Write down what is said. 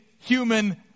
human